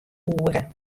oere